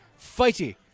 Fighty